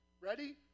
Ready